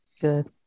Good